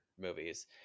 movies